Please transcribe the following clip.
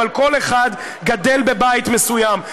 אבל כל אחד גדל בבית מסוים,